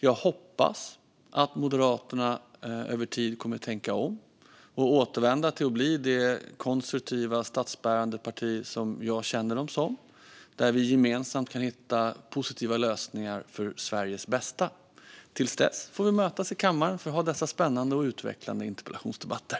Jag hoppas att Moderaterna över tid kommer att tänka om och återvända till att bli det konstruktiva statsbärande parti som jag känner dem som så att vi gemensamt kan hitta positiva lösningar för Sveriges bästa. Till dess får vi mötas i kammaren för att ha dessa spännande och utvecklande interpellationsdebatter.